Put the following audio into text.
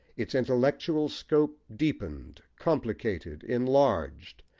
its intellectual scope deepened, complicated, enlarged,